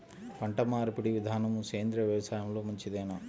పంటమార్పిడి విధానము సేంద్రియ వ్యవసాయంలో మంచిదేనా?